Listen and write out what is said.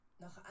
noch